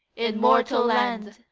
in mortal land,